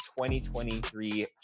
2023